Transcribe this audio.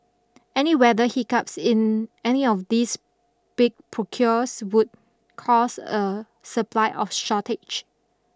any weather hiccups in any of these big procures would cause a supply of shortage